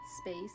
space